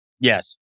Yes